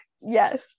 yes